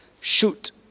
Shoot